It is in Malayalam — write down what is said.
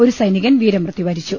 ഒരു സൈനികൻ വീരമൃത്യു വരിച്ചു